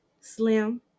slim